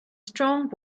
strong